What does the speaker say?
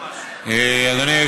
בבקשה, אדוני.